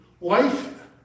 life